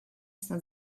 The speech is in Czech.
snad